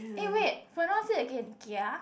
eh wait pronounce it again kia